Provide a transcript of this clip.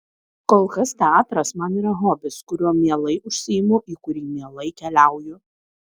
kol kas teatras man yra hobis kuriuo mielai užsiimu į kurį mielai keliauju